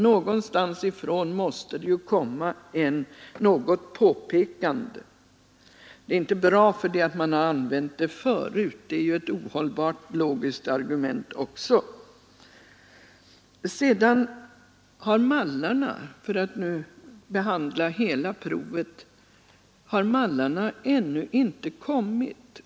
Någonstaris ifrån måste det ju komma något påpekande. Att någonting är bra därför att man har använt det förut är för övrigt också ett logiskt ohållbart argument. För att nu behandla hela provet vill jag nämna, att mallarna ännu inte har kommit.